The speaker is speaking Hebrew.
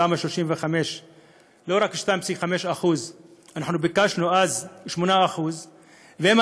תמ"א 35. לא רק 2.5%. אנחנו ביקשנו אז 8%. ואם